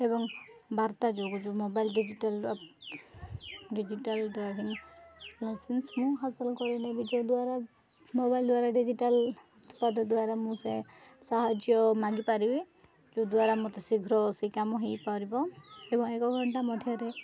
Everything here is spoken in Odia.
ଏବଂ ବାର୍ତ୍ତା ଯୋଗୁଁ ଯେଉଁ mobile digital digital driving licence ମୁଁ ହାସଲ କରିନେବି ଯଦ୍ୱାରା ମୋବାଇଲ ଦ୍ୱାରା ଡିଜିଟାଲ ସ୍ପଦ ଦ୍ୱାରା ମୁଁ ସେ ସାହାଯ୍ୟ ମାଗିପାରିବି ଯେଉଁଦ୍ୱାରା ମୋତେ ଶୀଘ୍ର ସେ କାମ ହେଇପାରିବ ଏବଂ ଏକ ଘଣ୍ଟା ମଧ୍ୟରେ